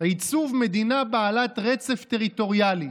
עיצוב מדינה, בעלת רצף טריטוריאלי".